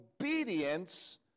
obedience